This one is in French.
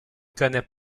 connaît